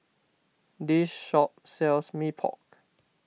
this shop sells Mee Pok